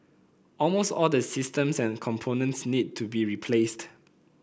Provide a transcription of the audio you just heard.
almost all the systems and components need to be replaced